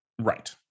Right